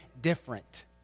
different